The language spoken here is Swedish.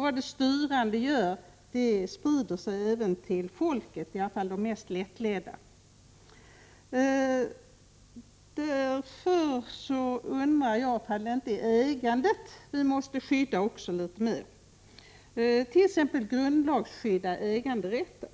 Vad de styrande gör sprider sig även till folket, i alla fall till de mest lättledda. Måste vi inte också skydda ägandet, t.ex. ett grundlagsskydd för äganderätt?